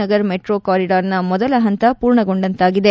Nagar metro ಕಾರಿಡಾರ್ನ ಮೊದಲ ಪಂತ ಪೂರ್ಣಗೊಂಡಂತಾಗಿದೆ